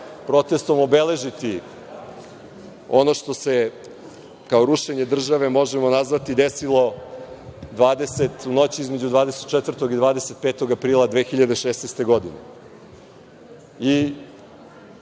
protestom obeležiti ono što se kao rušenje države možemo nazvati, desilo u noći između 24. i 25. aprila 2016. godine. Mislim,